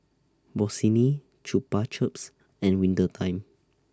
Bossini Chupa Chups and Winter Time